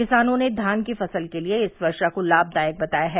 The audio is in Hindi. किसानों ने धान की फसल के लिए इस वर्षा को लाभदायक बताया है